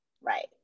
Right